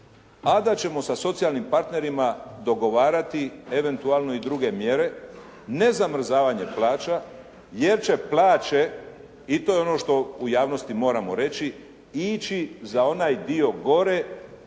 a da ćemo sa socijalnim partnerima dogovarati eventualno i druge mjere, ne zamrzavanjem plaća, jer će plaće i to je ono što u javnosti moram reći ići za onaj dio gore